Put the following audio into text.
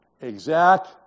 Exact